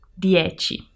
DIECI